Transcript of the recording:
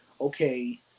okay